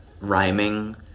rhyming